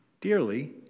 dearly